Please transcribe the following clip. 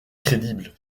crédible